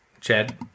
Chad